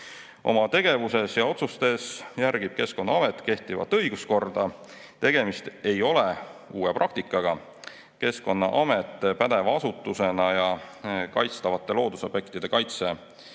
Oma tegevuses ja otsustes järgib Keskkonnaamet kehtivat õiguskorda. Tegemist ei ole uue praktikaga. Keskkonnaamet pädeva asutusena ja kaitstavate loodusobjektide kaitse